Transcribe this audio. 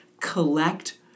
collect